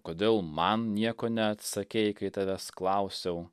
kodėl man nieko neatsakei kai tavęs klausiau